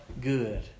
good